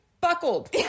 buckled